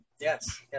yes